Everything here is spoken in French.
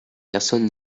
personne